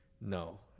no